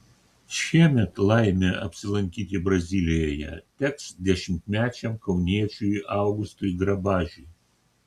šiemet laimė apsilankyti brazilijoje teks dešimtmečiam kauniečiui augustui grabažiui